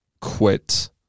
quit